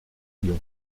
riom